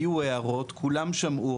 היו הערות כולם שמעו,